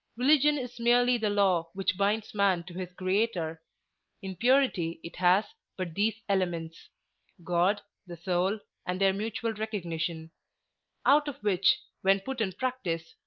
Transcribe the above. religion is merely the law which binds man to his creator in purity it has but these elements god, the soul, and their mutual recognition out of which, when put in practise,